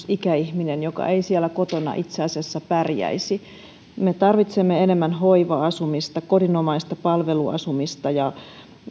ikäihminen joka ei siellä kotona itse asiassa pärjäisi me tarvitsemme enemmän hoiva asumista ja kodinomaista palveluasumista ja